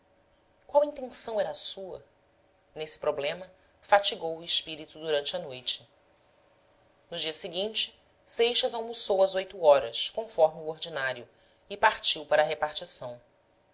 colisão qual intenção era a sua nesse problema fatigou o espírito durante a noite no dia seguinte seixas almoçou às oito horas conforme o ordinário e partiu para a repartição